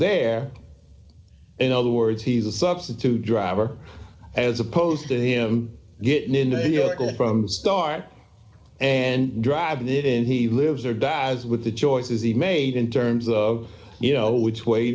there in other words he's a substitute driver as opposed to him getting in from the start and drive it in he lives or dies with the choices he made in terms of you know which way